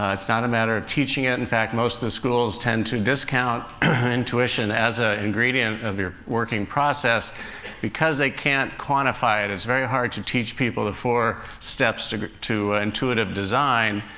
ah it's not a matter of teaching it in fact, most of the schools tend to discount intuition as an ah ingredient of your working process because they can't quantify it it's very hard to teach people the four steps to to intuitive design,